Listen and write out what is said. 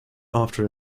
after